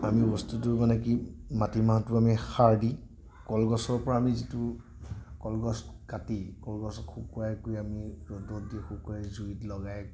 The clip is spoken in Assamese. আমি বস্তুটো মানে কি মাটি মাহটো আমি খাৰ দি কলগছৰ পৰা আমি যিটো কলগছ কাটি কলগছ শুকুৱাই কৰি আমি ৰ'দত দি শুকুৱাই জুইত লগাই